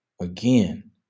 Again